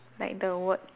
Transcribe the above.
like the words